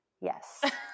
Yes